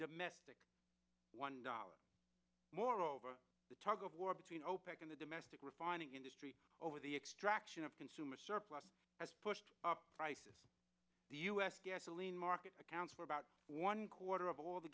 domestic one dollar more over the tug of war between opec and the domestic refining industry over the extraction of consumer surplus has pushed up prices the u s gasoline market accounts for about one quarter of all the